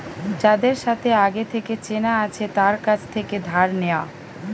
যাদের সাথে আগে থেকে চেনা আছে তার কাছ থেকে ধার নেওয়া